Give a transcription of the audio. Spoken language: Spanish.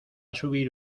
subir